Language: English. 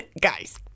guys